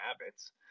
habits